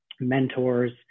mentors